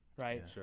Right